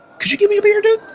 could you get me a beer, dude?